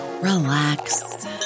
relax